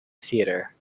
theater